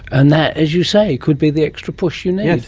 and that, as you say, could be the extra push you need.